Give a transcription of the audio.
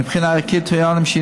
מבחינה ערכית טוענים שהיא